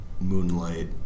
moonlight